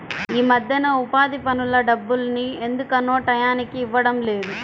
యీ మద్దెన ఉపాధి పనుల డబ్బుల్ని ఎందుకనో టైయ్యానికి ఇవ్వడం లేదు